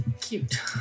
Cute